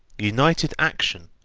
united action,